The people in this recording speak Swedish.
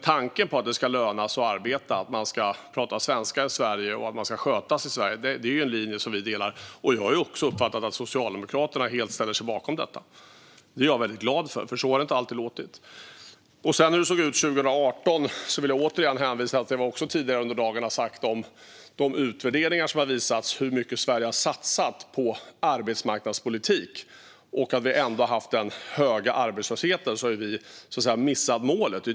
Tanken att det ska löna sig att arbeta, att man ska prata svenska i Sverige och att man ska sköta sig är dock en linje som vi delar, och jag har också uppfattat att Socialdemokraterna helt ställer sig bakom detta. Det är jag väldigt glad för, för så har det inte alltid låtit. När det gäller hur det såg ut 2018 vill jag återigen hänvisa till vad jag tidigare under dagen har sagt om de utvärderingar som har visat hur mycket Sverige har satsat på arbetsmarknadspolitik. Eftersom vi ändå har haft den höga arbetslösheten har vi ju missat målet.